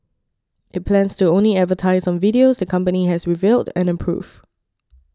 it plans to only advertise on videos the company has reviewed and approved